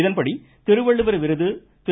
இதன்படி திருவள்ளுவர் விருது திரு